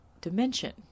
dimension